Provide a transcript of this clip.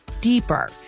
deeper